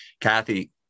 Kathy